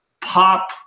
pop